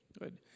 Good